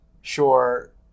sure